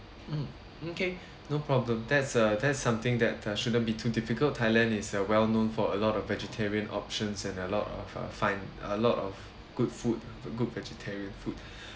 mmhmm okay no problem that's uh that's something that uh shouldn't be too difficult thailand is uh well known for a lot of vegetarian options and a lot of uh fine a lot of good food good vegetarian food